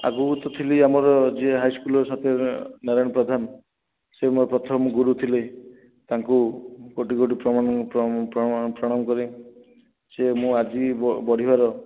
ଆଗକୁ ତ ଥିଲି ଆମର ଯିଏ ହାଇସ୍କୁଲ୍ର ସତ୍ୟନାରାୟଣ ପ୍ରଧାନ ସେ ମୋ ପ୍ରଥମ ଗୁରୁ ଥିଲେ ତାଙ୍କୁ କୋଟି କୋଟି ପ୍ରଣାମ କରେ ସେ ମୋ ଆଜି ବଢ଼ିବାର